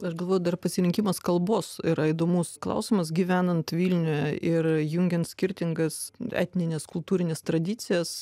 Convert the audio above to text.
aš galvoju dar pasirinkimas kalbos yra įdomus klausimas gyvenant vilniuje ir jungiant skirtingas etnines kultūrines tradicijas